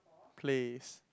place